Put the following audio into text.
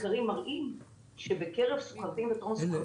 איך